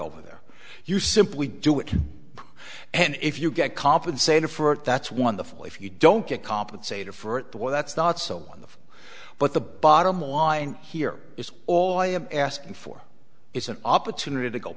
over there you simply do it and if you get compensated for it that's wonderful if you don't get compensated for it but well that's not so one of what the bottom line here is all i am asking for is an opportunity to go